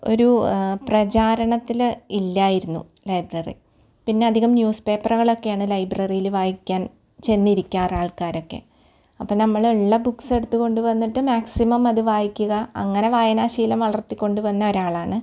ഒരു പ്രചാരണത്തിൽ ഇല്ലായിരുന്നു ലൈബ്രറി പിന്നെ അധികം ന്യൂസ് പേപ്പറുകൾ ഒക്കെയാണ് ലൈബ്രറിയിൽ വായിക്കാന് ചെന്നിരിക്കാറ് ആള്ക്കാരൊക്കെ അപ്പം നമ്മൾ ഉള്ള ബുക്സ് എടുത്ത് കൊണ്ടു വന്നിട്ട് മാക്സിമം അത് വായിക്കുക അങ്ങനെ വായനാ ശീലം വളര്ത്തിക്കൊണ്ടു വന്ന ഒരാൾ ആണ്